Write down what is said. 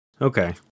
Okay